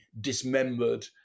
dismembered